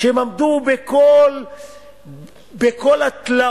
שהם עמדו בכל התלאות,